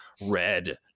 red